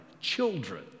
children